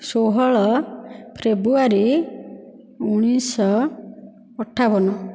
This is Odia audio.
ଷୋହଳ ଫ୍ରେବୃୟାରୀ ଉଣେଇଶହ ଅଠାବନ